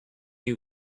you